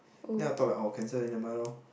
then I thought cancel then nevermind loh